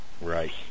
Right